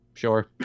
Sure